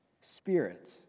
spirit